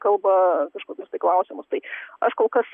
kalba kažkokius tai klausimus tai aš kol kas